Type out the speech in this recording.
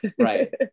right